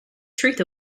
truth